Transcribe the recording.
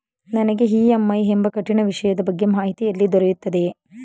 ನನಗೆ ಇ.ಎಂ.ಐ ಎಂಬ ಕಠಿಣ ವಿಷಯದ ಬಗ್ಗೆ ಮಾಹಿತಿ ಎಲ್ಲಿ ದೊರೆಯುತ್ತದೆಯೇ?